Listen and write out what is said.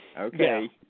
Okay